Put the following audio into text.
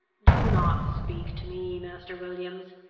do not speak to me, master williams!